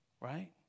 Right